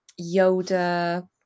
yoda